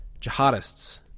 Jihadists